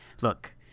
look